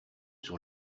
sur